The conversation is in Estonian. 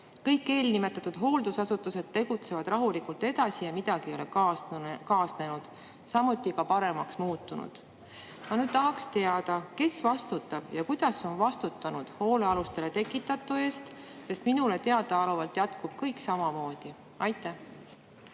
Kõik eelnimetatud hooldusasutused tegutsevad rahulikult edasi, midagi ei ole kaasnenud ega ka paremaks muutunud. Ma tahaks teada, kes ja kuidas on vastutanud hoolealustele tekitatud [kahju] eest, sest minule teadaolevalt jätkub kõik samamoodi. Ma